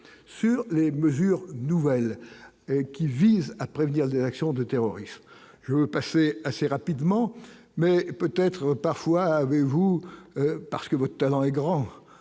sur les mesures nouvelles qui vise à prévenir les réactions de terrorisme, je vais passer assez rapidement mais peut-être parfois avec vous parce que votre dans les grands